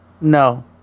No